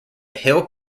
hill